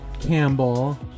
Campbell